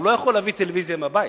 הוא לא יכול להביא טלוויזיה מהבית,